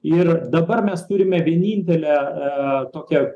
ir dabar mes turime vienintelę tokią